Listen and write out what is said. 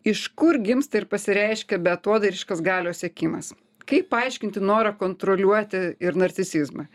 iš kur gimsta ir pasireiškia beatodairiškas galios siekimas kaip paaiškinti norą kontroliuoti ir narcisizmą